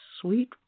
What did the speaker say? sweet